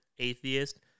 atheist